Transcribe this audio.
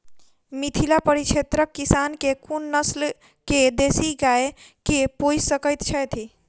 मिथिला परिक्षेत्रक किसान केँ कुन नस्ल केँ देसी गाय केँ पोइस सकैत छैथि?